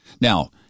Now